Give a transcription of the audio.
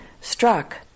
struck